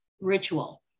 ritual